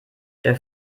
der